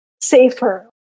safer